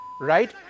right